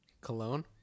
Cologne